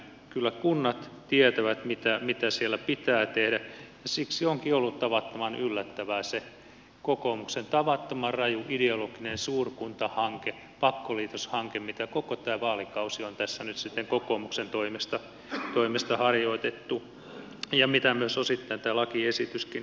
kyllä kunnat tietävät mitä siellä pitää tehdä ja siksi onkin ollut tavattoman yllättävää se kokoomuksen tavattoman raju ideologinen suurkuntahanke pakkoliitoshanke mitä koko tämä vaalikausi on tässä nyt sitten kokoomuksen toimesta harjoitettu ja mitä myös osittain tämä lakiesityskin sitten ajaa